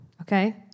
okay